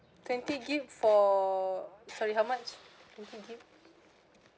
twenty gig for sorry how much twenty gig